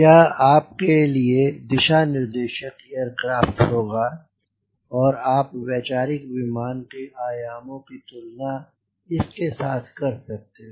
यह आपके लिए दिशा निर्देशक एयरक्राफ़्ट होगा और आप वैचारिक विमान के आयामों की तुलना इस के साथ कर सकते हो